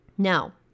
Now